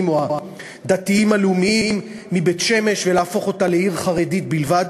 או הדתיים הלאומיים מבית-שמש ולהפוך אותה לעיר חרדית בלבד,